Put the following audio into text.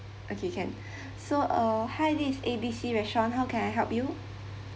okay can so uh hi this is A B C restaurant how can I help you